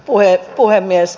arvoisa puhemies